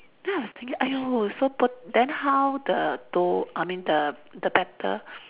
then I was thinking !aiyo! so poor then how the dough I mean the the batter